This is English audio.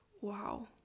wow